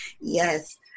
Yes